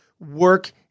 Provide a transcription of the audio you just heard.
Work